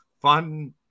fun